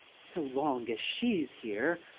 so long as she's here,